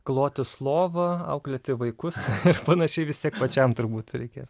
klotis lovą auklėti vaikus ir panašiai vis tiek pačiam turbūt reikės